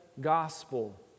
gospel